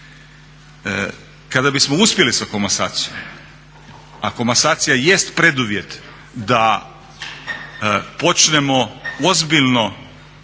Kada bismo uspjeli sa komasacijom, a komasacija jest preduvjet da počnemo ozbiljno